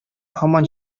һаман